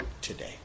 today